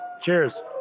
cheers